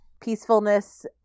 peacefulness